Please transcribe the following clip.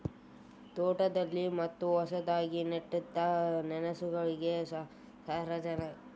ತೋಟದಲ್ಲಿ ಮತ್ತ ಹೊಸದಾಗಿ ನೆಟ್ಟಂತ ಸಸಿಗಳಿಗೆ ಸಾರಜನಕ ಇರೋ ರಾಸಾಯನಿಕ ಗೊಬ್ಬರ ಬಳ್ಸೋದ್ರಿಂದ ಅವು ಬೇಗನೆ ಬೆಳ್ಯಾಕ ಸಹಾಯ ಆಗ್ತೇತಿ